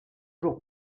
jours